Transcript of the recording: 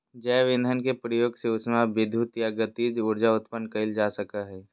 जैव ईंधन के प्रयोग से उष्मा विद्युत या गतिज ऊर्जा उत्पन्न कइल जा सकय हइ